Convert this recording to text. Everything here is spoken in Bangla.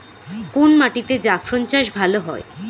কোন মাটিতে জাফরান চাষ ভালো হয়?